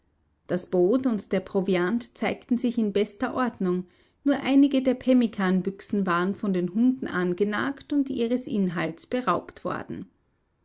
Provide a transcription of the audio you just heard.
das boot und der proviant zeigten sich in bester ordnung nur einige der pemmikanbüchsen waren von den hunden angenagt und ihres inhaltes beraubt worden